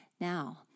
now